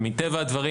מטבע הדברים,